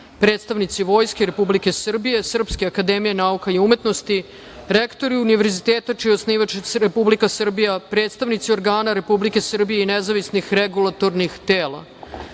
predstavnici Vojske Republike Srbije, Srpske akademije nauka i umetnosti, rektori univerziteta čiji je osnivač Republika Srbija, predstavnici organa Republike Srbije i nezavisnih regulatornih